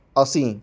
ਅਸੀਂ